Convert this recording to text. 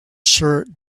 shirt